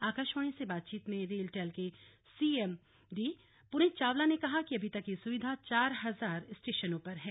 आकाशवाणी से बातचीत में रेल टेल के C M D Puneet Chawla ने कहा कि अभी तक यह सुविधा चार हजार स्टेशनों पर है